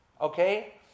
Okay